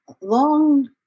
long